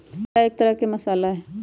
जीरा एक तरह के मसाला हई